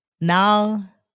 Now